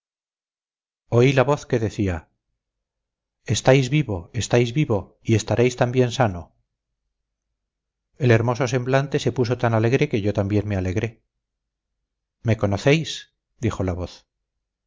oí la voz que decía estáis vivo estáis vivo y estaréis también sano el hermoso semblante se puso tan alegre que yo también me alegré me conocéis dijo la voz